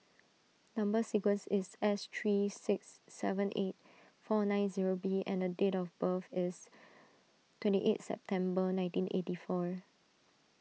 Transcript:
Number Sequence is S three six seven eight four nine zero B and date of birth is twenty eight September nineteen eighty four